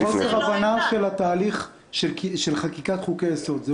זה חוסר הבנה של תהליך חקיקת חוקי יסוד.